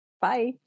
Bye